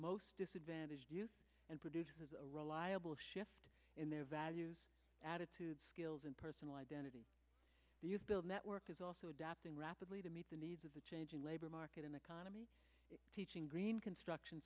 most disadvantaged youth and produces a reliable shift in their values attitudes skills and personal identity the youth build network is also adapting rapidly to meet the needs of the changing labor market and economy teaching green construction